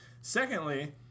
Secondly